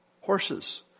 horses